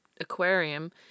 aquarium